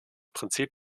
prinzip